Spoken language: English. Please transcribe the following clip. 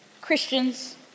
Christians